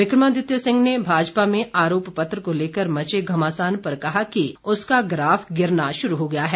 विक्रमादित्य सिंह ने भाजपा में आरोप पत्र को लेकर मचे घमासान पर कहा कि उसका ग्राफ गिरना शुरू हो गया है